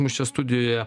mus čia studijoje